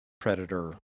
predator